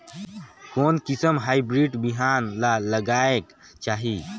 कोन किसम हाईब्रिड बिहान ला लगायेक चाही?